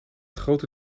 grote